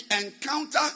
encounter